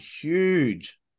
Huge